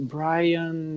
Brian